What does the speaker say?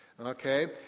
okay